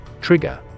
Trigger